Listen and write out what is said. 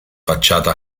facciata